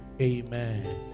amen